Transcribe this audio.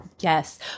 Yes